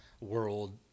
world